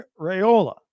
Rayola